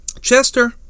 Chester